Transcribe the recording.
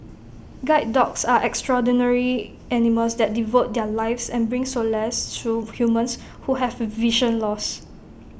guide dogs are extraordinary animals that devote their lives and bring solace to humans who have vision loss